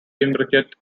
imbricate